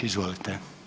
Izvolite.